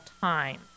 time